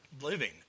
living